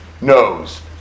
knows